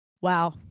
Wow